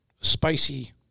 spicy